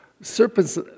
serpents